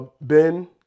Ben